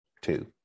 two